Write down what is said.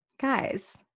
Guys